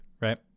right